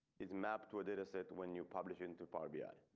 is mapped to a data set? when you publish into power? be i?